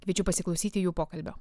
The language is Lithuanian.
kviečiu pasiklausyti jų pokalbio